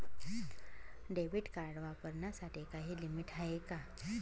Debit card वापरण्यासाठी काही limit आहे का?